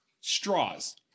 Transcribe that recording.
straws